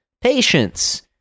patience